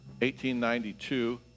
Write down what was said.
1892